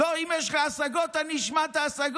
לא, אם יש לך השגות, אני אשמע את ההשגות